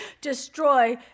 destroy